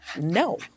no